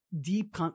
deep